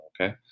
Okay